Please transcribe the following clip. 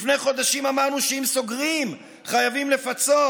לפני חודשים אמרנו שאם סוגרים חייבים לפצות.